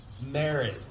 marriage